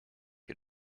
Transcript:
you